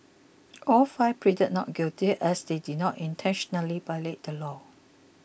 all five pleaded not guilty as they did not intentionally violate the law